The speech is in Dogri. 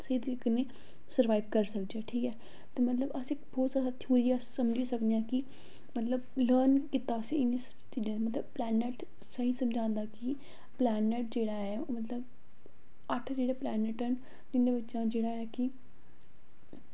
जेह्दे कन्नै सर्वाईव करी सकचै ठीक ऐ मतलव अस बहुत जादा थ्यूरी अस समझी सकने आं कि मतलव लर्न कीता उसी इनै चीजें मतलव पलैन्नट असें एह् समझांदा कि् पलैन्नट जेह्ड़ा ऐ मतलव अट्ठ जेह्ड़े पलैन्नट न जिंदे बिच्चा जेह्ड़े ऐ कि